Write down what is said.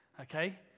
Okay